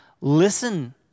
listen